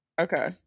okay